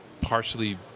Partially